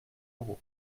euros